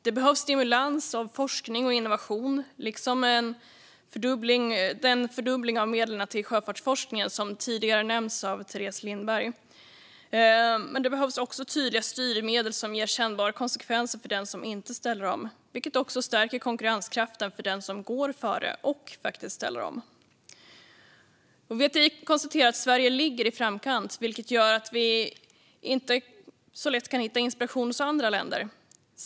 Det behövs stimulans av forskning och innovation liksom den fördubbling av medel till sjöfartsforskning som Teres Lindberg tidigare nämnde. Det behövs även tydliga styrmedel som ger kännbara konsekvenser för den som inte ställer om, vilket skulle stärka konkurrenskraften för den som går före och ställer om. VTI konstaterar att Sverige ligger i framkant, vilket gör att vi inte så lätt kan hitta inspiration i andra länder.